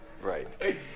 Right